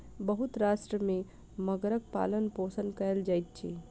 बहुत राष्ट्र में मगरक पालनपोषण कयल जाइत अछि